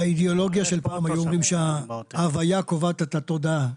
באידיאולוגיה של פעם היו אומרים שההוויה קובעת את התודעה,